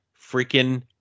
freaking